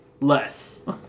less